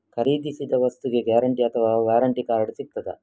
ಖರೀದಿಸಿದ ವಸ್ತುಗೆ ಗ್ಯಾರಂಟಿ ಅಥವಾ ವ್ಯಾರಂಟಿ ಕಾರ್ಡ್ ಸಿಕ್ತಾದ?